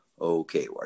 Okay